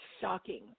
shocking